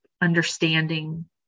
understanding